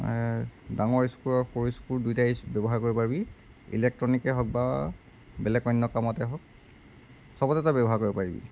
ডাঙৰ স্ক্ৰু আৰু সৰু স্ক্ৰু দুইটাই ব্যৱহাৰ কৰিব পাৰিবি ইলেক্ট্ৰনিকেই হওক বা বেলেগ অন্য কামতেই হওক চবতে তই ব্যৱহাৰ কৰিব পাৰিবি